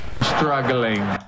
Struggling